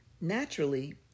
Naturally